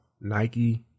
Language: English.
Nike